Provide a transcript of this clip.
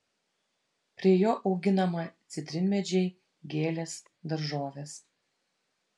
prie jo auginama citrinmedžiai gėlės daržovės